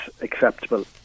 acceptable